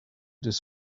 des